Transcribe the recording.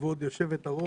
כבוד יושבת-הראש,